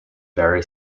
very